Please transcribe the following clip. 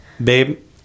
Babe